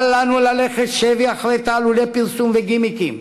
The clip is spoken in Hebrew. אל לנו ללכת שבי אחרי תעלולי פרסום וגימיקים.